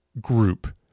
group